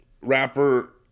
rapper